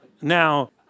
Now